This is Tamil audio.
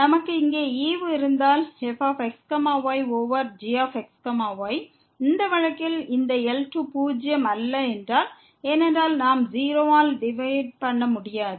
நமக்கு இங்கே ஈவு இருந்தால் fx y over gx y இந்த வழக்கில் இந்த L2 பூஜ்ஜியம் அல்ல என்றால் ஏனென்றால் நாம் 0 ஆல் டிவைட் பண்ண முடியாது